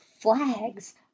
flags